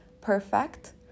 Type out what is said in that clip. perfect